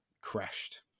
crashed